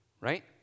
right